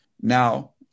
Now